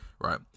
right